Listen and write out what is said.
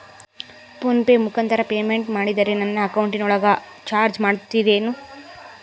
Phone pay ಮುಖಾಂತರ payment ಮಾಡಿದರೆ ನನ್ನ ಅಕೌಂಟಿನೊಳಗ ಚಾರ್ಜ್ ಮಾಡ್ತಿರೇನು?